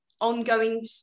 ongoing